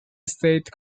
state